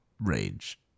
rage